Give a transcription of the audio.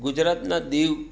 ગુજરાતનાં દીવ